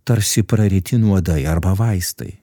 tarsi praryti nuodai arba vaistai